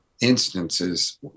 instances